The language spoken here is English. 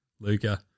Luca